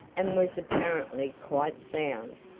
and was apparently quite sound,